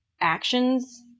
actions